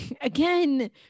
Again